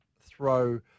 throw